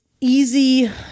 easy